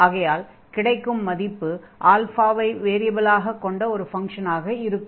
ஆகையால் கிடைக்கும் மதிப்பு ஆல்ஃபாவை " வேரியபலாக கொண்ட ஃபங்ஷன் ஆக இருக்கும்